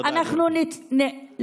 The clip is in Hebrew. תודה, גברתי.